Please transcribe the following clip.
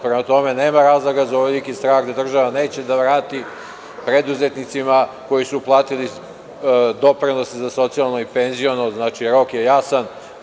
Prema tome, nema razloga za ovoliki strah da država neće da vrati preduzetnicima koji su platili doprinose za socijalno i penziono, znači, rok je jasan.